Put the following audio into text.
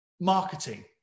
marketing